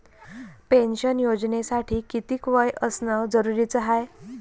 Pension योजनेसाठी कितीक वय असनं जरुरीच हाय?